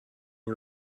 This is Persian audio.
این